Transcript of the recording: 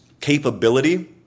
capability